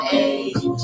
age